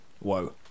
Whoa